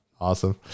Awesome